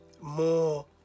more